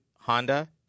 Honda